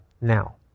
now